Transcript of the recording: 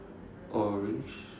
orange